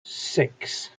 six